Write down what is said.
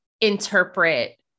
interpret